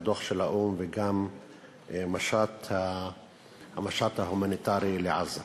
הדוח של האו"ם והמשט ההומניטרי לעזה,